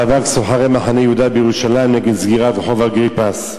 חזרנו לסוחרים: מאבק סוחרי שוק מחנה-יהודה נגד סגירת רחוב אגריפס.